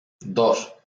dos